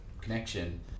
connection